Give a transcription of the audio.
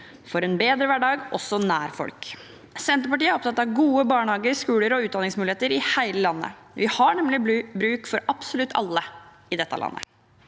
for en bedre hverdag også nær folk. Senterpartiet er opptatt av gode barnehager, skoler og utdanningsmuligheter i hele landet. Vi har nemlig bruk for absolutt alle i dette landet.